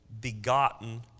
begotten